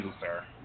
sir